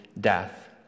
death